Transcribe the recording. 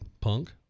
punk